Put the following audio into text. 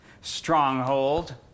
Stronghold